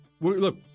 Look